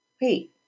Wait